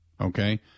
okay